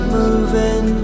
moving